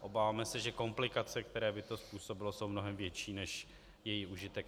Obáváme se, že komplikace, které by to způsobilo, jsou mnohem větší než její užitek.